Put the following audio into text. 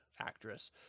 actress